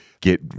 get